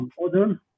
modern